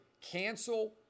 cancel